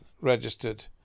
registered